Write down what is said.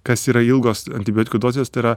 kas yra ilgos antibiotikų dozės tai yra